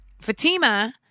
Fatima